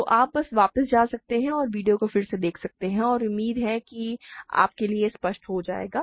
तो आप बस वापस जा सकते हैं और वीडियो को फिर से देख सकते हैं और उम्मीद है कि यह आपके लिए स्पष्ट हो जाएगा